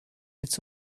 its